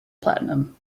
platinum